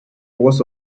was